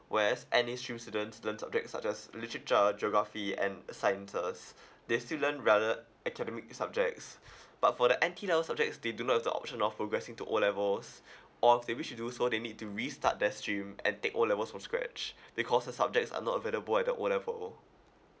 where as N_A stream students learn subjects such as literature uh geography and sciences they still learn rather academic subjects but for the N_T level subjects they do not have the option of progressing to O levels or if they wish to do so they need to restart their stream and take O levels from scratch because the subjects are not available at the O level